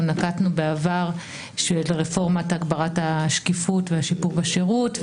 נקטנו בעבר של רפורמת הגברת השקיפות והשיפור בשירות,